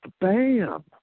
bam